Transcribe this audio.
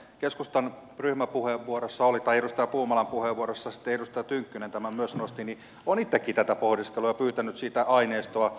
tätä perustulomallia mikä edustaja puumalan puheenvuorossa oli sitten edustaja tynkkynen tämän myös nosti olen itsekin pohdiskellut ja pyytänyt siitä aineistoa